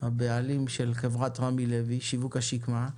הבעלים של חברת רמי לוי שיווק השקמה,